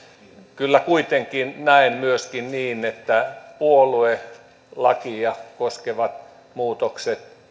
kyllä kuitenkin näen myöskin niin että puoluelakia koskevat muutokset